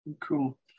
cool